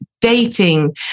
dating